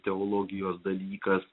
teologijos dalykas